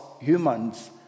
humans